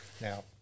Now